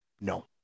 no